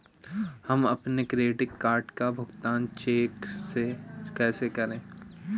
हम अपने credit card का भुगतान चेक से कैसे करें?